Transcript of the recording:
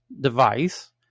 device